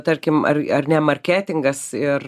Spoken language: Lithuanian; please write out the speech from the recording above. tarkim ar ar ne marketingas ir